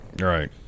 Right